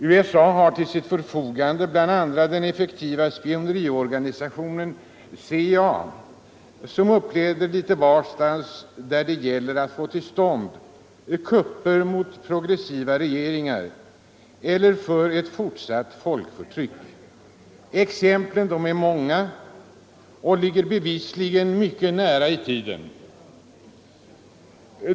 USA har till sitt förfogande bl.a. den effektiva spioneriorganisationen CIA, som uppträder litet varstans där det gäller att få till stånd kupper mot progressiva regeringar eller för ett fortsatt folkförtryck. Exemplen härpå är många och ligger bevisligen även nära i tiden.